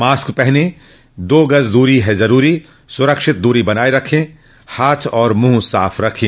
mask पहनें दो गज दूरी है जरूरी सुरक्षित दूरी बनाए रखें हाथ और मुंह साफ रखें